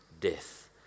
death